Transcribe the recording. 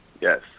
Yes